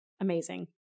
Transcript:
amazing